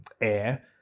air